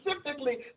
specifically